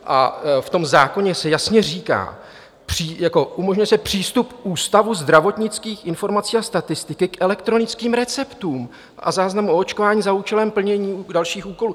A v tom zákoně se jasně říká: umožňuje se přístup Ústavu zdravotnických informací a statistiky k elektronickým receptům a záznamům o očkování za účelem plnění dalších úkolů.